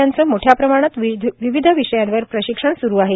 यांचे मोठया प्रमाणात विविध विषयावर प्रशिक्षण सुरु आहेत